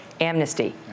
amnesty